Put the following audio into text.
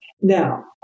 Now